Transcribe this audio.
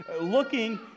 looking